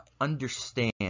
understand